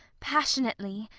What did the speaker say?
passionately,